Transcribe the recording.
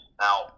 Now